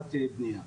ותחילת הבנייה.